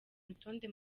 rutonde